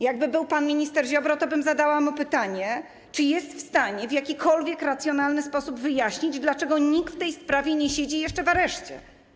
Jakby był pan minister Ziobro, zadałabym mu pytanie, czy jest w stanie w jakikolwiek racjonalny sposób wyjaśnić, dlaczego nikt w tej sprawie nie siedzi jeszcze w areszcie.